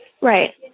Right